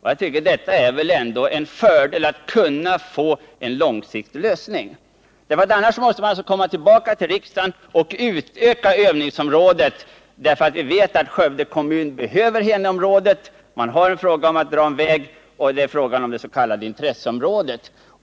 Och det måste väl ändå vara en fördel att kunna få en långsiktig lösning. Annars måste man senare komma tillbaka till riksdagen och begära utökning av övningsområdet. Vi vet att Skövde kommun behöver Heneområdet, det är vidare fråga om att dra en väg, och det är fråga om det s.k. intresseområdet.